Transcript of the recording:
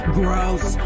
gross